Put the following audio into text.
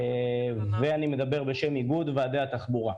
אני מדבר בשם איגוד ועדי התחבורה.